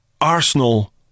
Arsenal